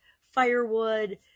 firewood